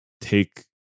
take